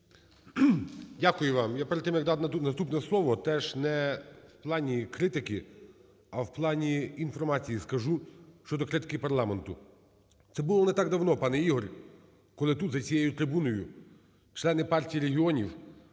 Дякую вам. Я перед тим, як надати наступне слово, теж не в плані критики, а в плані інформації скажу щодо критики парламенту. Це було не так давно, пане Ігор, коли тут, за цією трибуною, члени Партії регіонів